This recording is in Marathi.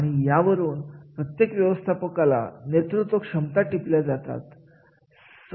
आणि यावरून प्रत्येक व्यवस्थापकाचा नेतृत्व क्षमता टिपल्या जातात